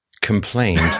complained